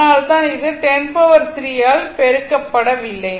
அதனால்தான் இது ஆல் பெருக்க படவில்லை